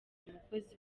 umukozi